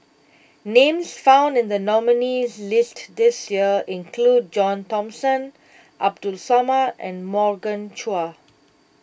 names found in the nominees' list this year include John Thomson Abdul Samad and Morgan Chua